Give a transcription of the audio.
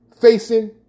facing